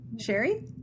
sherry